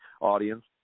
audience